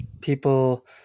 people